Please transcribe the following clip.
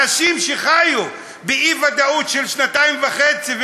אנשים שחיו באי-ודאות של שנתיים וחצי,